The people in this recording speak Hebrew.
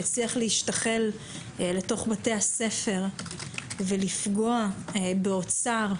שהצליח להשתחל לתוך בתי הספר ולפגוע באוצר,